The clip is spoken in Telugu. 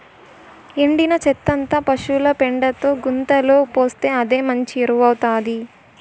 ఎండిన చెత్తంతా పశుల పెండతో గుంతలో పోస్తే అదే మంచి ఎరువౌతాది